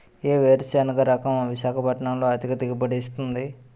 ఏ వేరుసెనగ రకం విశాఖపట్నం లో అధిక దిగుబడి ఇస్తుంది?